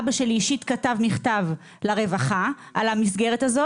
אבא שלי כתב מכתב לרווחה על המסגרת הזו